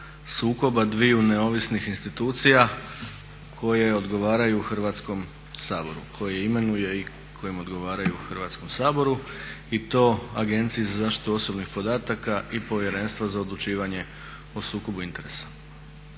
odgovaraju Hrvatskom saboru, koje imenuje i koje odgovaraju Hrvatskom saboru i to Agencije za zaštitu osobnih podataka i Povjerenstvo za odlučivanju o sukobu interesa